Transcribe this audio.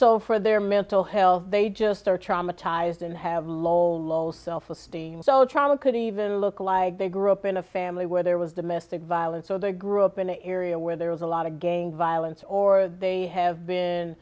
so for their mental health they just are traumatized and have lol low self esteem so the trauma could even look like they grew up in a family where there was domestic violence so they grew up in an area where there was a lot of gang violence or they have been